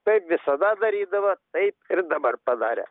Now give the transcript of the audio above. taip visada darydavo taip ir dabar padarė